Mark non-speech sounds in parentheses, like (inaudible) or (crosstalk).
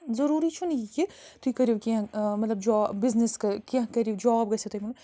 ضٔروٗری چھُنہٕ یہِ کہِ تُہۍ کٔرِو کیٚنٛہہ مطلب (unintelligible) بِزنِس (unintelligible) کیٚنٛہہ کٔرِو جاب گَژھیو تۄہہِ مِلُن